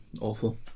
Awful